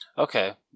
okay